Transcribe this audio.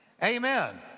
amen